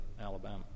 Alabama